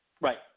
Right